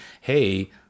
hey